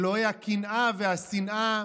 אלוהי הקנאה והשנאה,